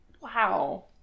Wow